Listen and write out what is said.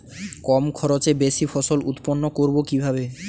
কম খরচে বেশি ফসল উৎপন্ন করব কিভাবে?